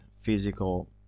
physical